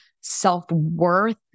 self-worth